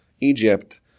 Egypt